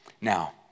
Now